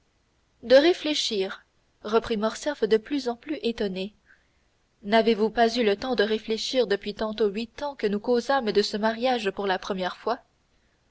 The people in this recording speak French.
de réfléchir reprit morcerf de plus en plus étonné n'avez-vous pas eu le temps de réfléchir depuis tantôt huit ans que nous causâmes de ce mariage pour la première fois